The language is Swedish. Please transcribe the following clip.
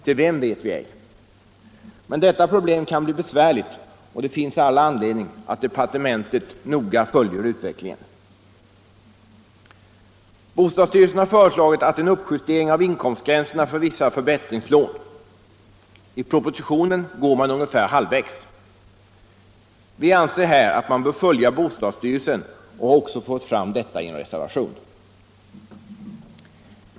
Till vem vet vi ej! Men detta problem kan bli besvärligt, och det finns all anledning att departementet noga följer utvecklingen. Bostadsstyrelsen har föreslagit en uppjustering av inkomstgränserna för vissa förbättringslån. I propositionen går man ungefär halvvägs. Vi anser här att man bör följa bostadsstyrelsen och har också fört fram detta i en reservation.